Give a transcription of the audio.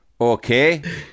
Okay